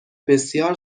بسیار